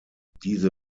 diese